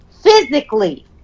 physically